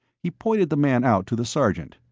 he pointed the man out to the sergeant.